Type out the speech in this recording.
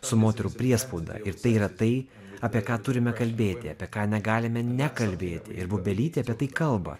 su moterų priespauda ir tai yra tai apie ką turime kalbėti apie ką negalime nekalbėti ir bubelytė apie tai kalba